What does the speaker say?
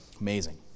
Amazing